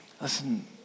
Listen